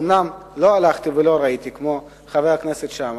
אומנם לא הלכתי ולא ראיתי כמו חבר הכנסת שאמה,